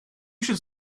should